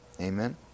Amen